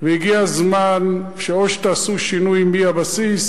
והגיע הזמן ש, או שתעשו שינוי מהבסיס,